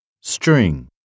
String